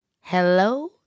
Hello